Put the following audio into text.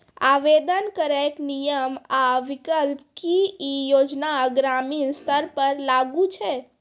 आवेदन करैक नियम आ विकल्प? की ई योजना ग्रामीण स्तर पर लागू छै?